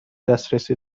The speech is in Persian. دسترسی